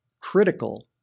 critical